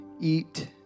eat